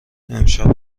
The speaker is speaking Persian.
امشب